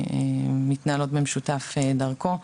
מתנהלות במשותף דרכו.